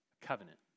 covenant